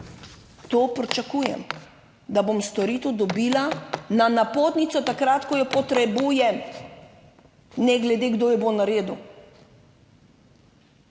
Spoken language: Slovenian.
To pričakujem, da bom storitev dobila na napotnico takrat, ko jo potrebujem, ne glede, kdo jo bo naredil.